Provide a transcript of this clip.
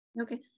Okay